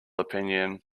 opinion